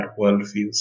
worldviews